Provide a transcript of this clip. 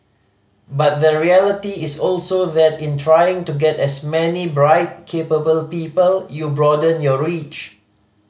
but the reality is also that in trying to get as many bright capable people you broaden your reach